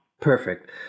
Perfect